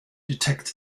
detect